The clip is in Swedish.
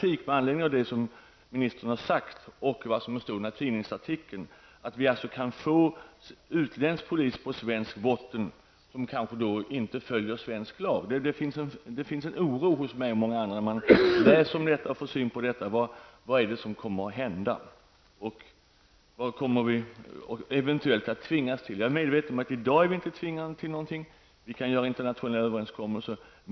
I anledning av det som ministern sade i svaret och det som stod i tidningsartikeln, att utländsk polis kan få arbeta i Sverige utan att följa svensk lag, känner jag mig orolig, en oro som jag delar med många andra. Man undrar vad som kommer att hända. Vad kommer vi eventuellt att tvingas till? I dag är vi inte tvingade till någonting. Vi kan fritt träffa internationella överenskommelser.